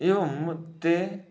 एवं ते